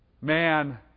Man